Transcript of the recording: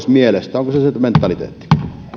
pois mielestä onko se se mentaliteetti